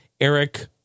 Eric